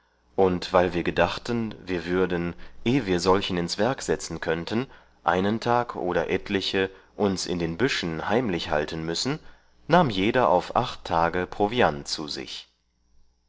und weil wir gedachten wir würden eh wir solchen ins werk setzen könnten einen tag oder etliche uns in den büschen heimlich halten müssen nahm jeder auf acht tage proviant zu sich